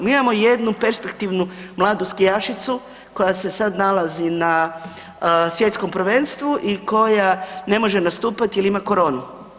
Mi imamo jednu perspektivnu mladu skijašicu koja se sad nalazi na svjetskom prvenstvu i koja ne može nastupati jer ima koronu.